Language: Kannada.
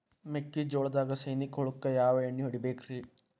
ಮೆಕ್ಕಿಜೋಳದಾಗ ಸೈನಿಕ ಹುಳಕ್ಕ ಯಾವ ಎಣ್ಣಿ ಹೊಡಿಬೇಕ್ರೇ?